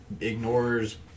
Ignores